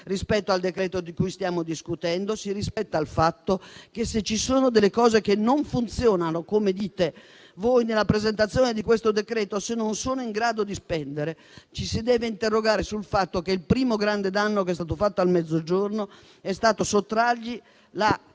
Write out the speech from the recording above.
rispetto al decreto-legge di cui stiamo discutendo; si rispetta il fatto che, se ci sono delle cose che non funzionano - come dite voi nella presentazione di questo decreto - se gli enti locali non sono in grado di spendere, ci si deve interrogare sul fatto che il primo grande danno che è stato fatto al Mezzogiorno è stato sottrargli la